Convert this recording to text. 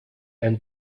and